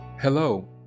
Hello